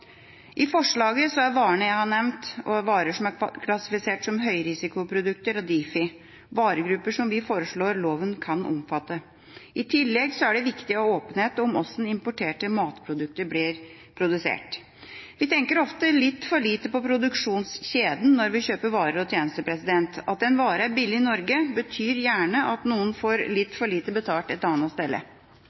I forslaget er varene jeg har nevnt, varer som er klassifisert som høyrisikoprodukter av Difi, varegrupper som vi foreslår at loven kan omfatte. I tillegg er det viktig å ha åpenhet om hvordan importerte matprodukter blir produsert. Vi tenker ofte litt for lite på produksjonskjeden når vi kjøper varer og tjenester. At en vare er billig i Norge, betyr gjerne at noen får litt for lite betalt et